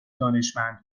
دانشمند